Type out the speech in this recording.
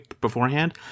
beforehand